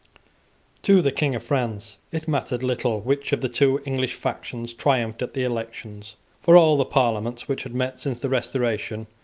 to the king of france it mattered little which of the two english factions triumphed at the elections for all the parliaments which had met since the restoration,